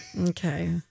Okay